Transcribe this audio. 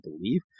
believe